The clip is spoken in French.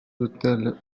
autels